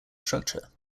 structure